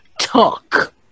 talk